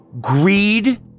greed